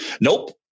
Nope